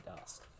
asked